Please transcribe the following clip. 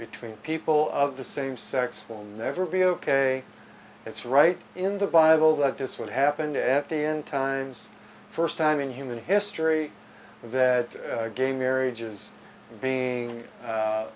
between people of the same sex will never be ok it's right in the bible that this would happen to at the end times first time in human history that gay marriages are being